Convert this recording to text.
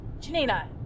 Janina